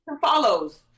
Follows